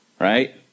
Right